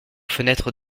fenêtres